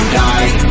die